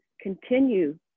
continue